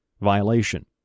violation